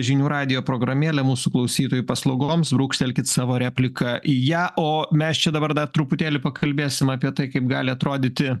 žinių radijo programėlė mūsų klausytojų paslaugoms brūkštelkit savo repliką į ją o mes čia dabar dar truputėlį pakalbėsim apie tai kaip gali atrodyti